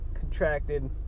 contracted